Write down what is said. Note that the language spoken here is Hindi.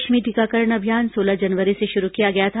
देश में टीकाकरण अभियान सोलह जनवरी से शुरू किया गया था